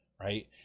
right